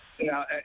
now